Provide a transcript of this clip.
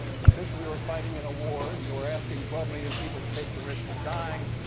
that, since we were fighting in a war, and you were asking twelve million people to take the risk of dying,